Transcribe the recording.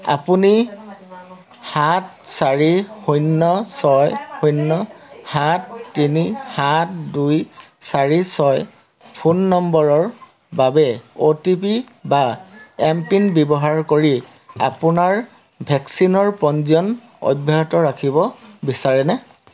আপুনি সাত চাৰি শূন্য ছয় শূন্য সাত তিনি সাত দুই চাৰি ছয় ফোন নম্বৰৰ বাবে অ'টিপি বা এম পিন ব্যৱহাৰ কৰি আপোনাৰ ভেকচিনৰ পঞ্জীয়ন অব্যাহত ৰাখিব বিচাৰেনে